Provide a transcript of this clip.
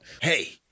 Hey